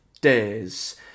days